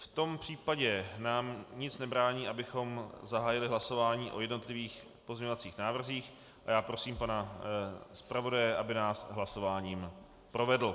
V tom případě nám nic nebrání, abychom zahájili hlasování o jednotlivých pozměňovacích návrzích, a já prosím pana zpravodaje, aby nás hlasováním provedl.